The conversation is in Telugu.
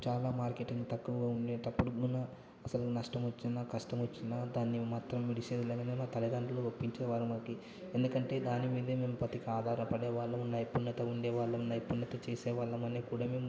చాలా మార్కెటింగ్ తక్కువగా ఉండేటప్పుడు కూడా అసలు నష్టం వచ్చినా కష్టం వచ్చినా దాన్ని మాత్రం విడిచే మా తల్లిదండ్రులు ఒప్పించేవారు మాకి ఎందుకంటే దాని మీదే మేం బతికి ఆధారపడేవాళ్ళం నైపుణ్యత ఉండేవాళ్ళం నైపుణ్యత చేసేవాళ్ళం అని కూడా మేము